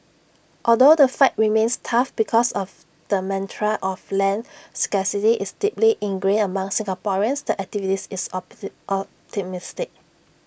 although the fight remains tough because of the mantra of land scarcity is deeply ingrained among Singaporeans the activist is optimistic